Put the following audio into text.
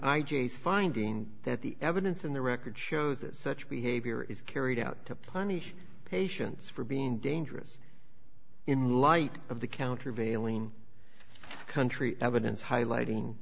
gaze finding that the evidence in the record show that such behavior is carried out to punish patients for being dangerous in light of the countervailing country evidence highlighting